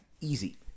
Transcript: easy